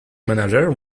manager